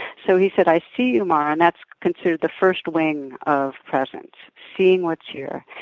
so he said, i see you, mara, and that's considered the first wing of presence seeing what's here.